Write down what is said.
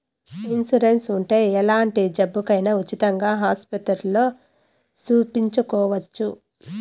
insurance ఉంటే ఎలాంటి జబ్బుకైనా ఉచితంగా ఆస్పత్రుల్లో సూపించుకోవచ్చు